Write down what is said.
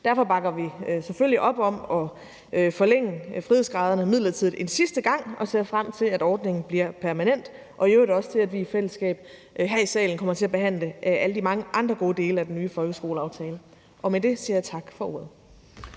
Derfor bakker vi selvfølgelig op om at forlænge frihedsgraderne midlertidigt en sidste gang og ser frem til, at ordningen bliver permanent, og i øvrigt også til, at vi i fællesskab her i salen kommer til at behandle alle de mange andre gode dele af den nye folkeskoleaftale. Med det siger jeg tak for ordet.